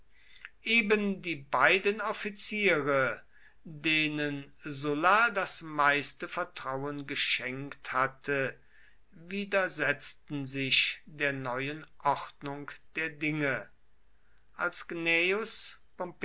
eben die beiden offiziere denen sulla das meiste vertrauen geschenkt hatte widersetzten sich der neuen ordnung der dinge als gnaeus